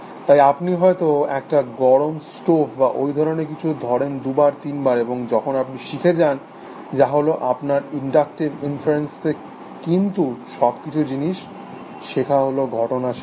তাই আপনি হয়ত একটা গরম স্টোভ বা ওই ধরণের কিছু ধরেন দুবার তিনবার এবং যখন আপনি শিখে যান যা হল আবার ইনডাক্টিভ ইনফারেন্সেস কিন্তু সবকিছু জিনিস শেখা হল ঘটনা শেখা